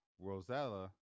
Rosella